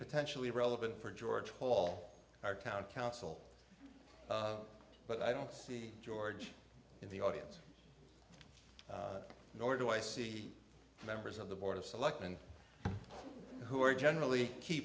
potentially relevant for george hall our town council but i don't see george in the audience nor do i see members of the board of selectmen who are generally key